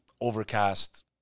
overcast